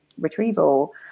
retrieval